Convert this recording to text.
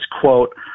quote